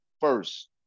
first